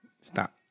Stop